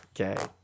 Okay